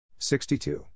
62